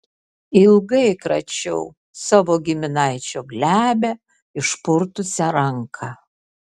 ilgai kračiau savo giminaičio glebią išpurtusią ranką